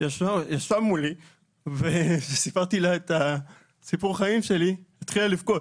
ישבה מולי וסיפרתי לה את סיפור החיים שלי והיא התחילה לבכות.